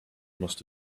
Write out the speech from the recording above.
must